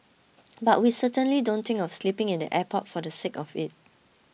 but we certainly don't think of sleeping in the airport for the sake of it